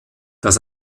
das